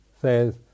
says